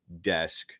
desk